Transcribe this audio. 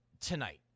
tonight